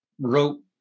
wrote